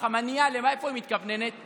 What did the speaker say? החמנייה, לאיפה היא מתכווננת?